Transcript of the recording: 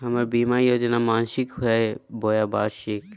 हमर बीमा योजना मासिक हई बोया वार्षिक?